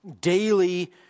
daily